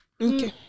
Okay